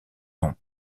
nom